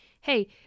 hey